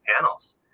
panels